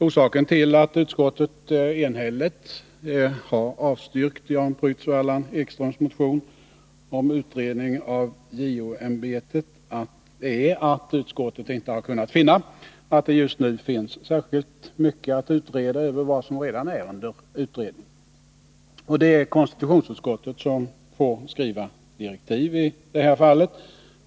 Orsaken till att utskottet enhälligt har avstyrkt Jan Prytz och Allan Ekströms motion om utredning av JO-ämbetet är att utskottet inte har kunnat finna att det just nu finns särskilt mycket att utreda utöver vad som redan är under utredning. Det är konstitutionsutskottet som får skriva direktiv i det här fallet.